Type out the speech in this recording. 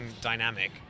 dynamic